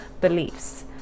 beliefs